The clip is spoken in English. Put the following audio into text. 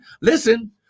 listen